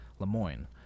Lemoyne